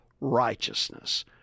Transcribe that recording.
righteousness